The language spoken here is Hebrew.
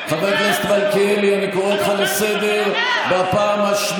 חברת הכנסת אורית מרים סטרוק וחבר הכנסת בצלאל